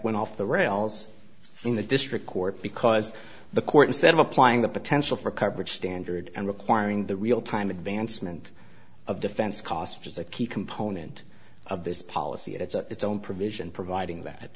went off the rails in the district court because the court instead of applying the potential for coverage standard and requiring the real time advancement of defense cost is a key component of this policy it's its own provision providing that